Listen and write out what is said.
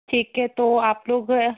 ठीक है तो आप लोग